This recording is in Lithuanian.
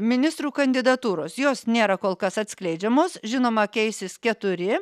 ministrų kandidatūros jos nėra kol kas atskleidžiamos žinoma keisis keturi